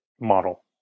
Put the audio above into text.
model